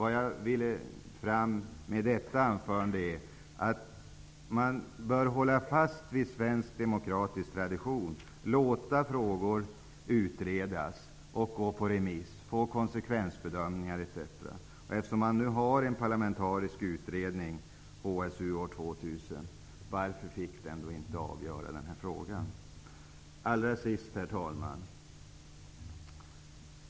Vid detta anförande vill jag ha fram att man bör hålla fast vid svensk demokratisk tradition. Man skall låta frågor utredas, gå på remiss, konsekvensbedömas etc. HSU 2000 avgöra den här frågan? Herr talman!